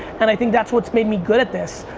and i think that's what's made me good at this.